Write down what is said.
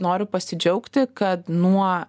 noriu pasidžiaugti kad nuo